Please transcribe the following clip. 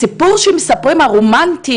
הסיפור הרומנטי,